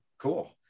Cool